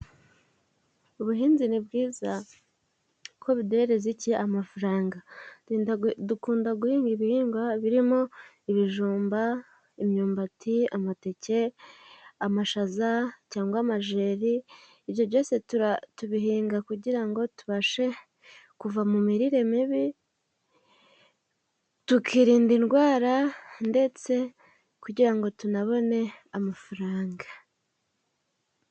Ubuhinzi ni bwiza kuko biduhereza iki? Amafaranga. Dukunda guhinga ibihingwa birimo: ibijumba, imyumbati, amateke, amashaza, cyangwa amajeri. Ibyo byose tubihinga kugira ngo tubashe kuva mu mirire mibi tukirinda indwara, ndetse kugira ngo tunabone amafaranga.